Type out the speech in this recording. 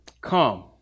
Come